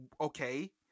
okay